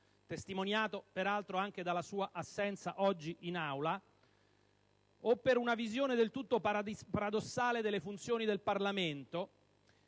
testimoniato peraltro anche dalla sua assenza oggi in Aula) o per una visione del tutto paradossale delle funzioni del Parlamento,